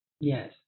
Yes